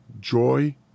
joy